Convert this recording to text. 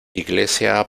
iglesia